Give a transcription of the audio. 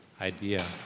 idea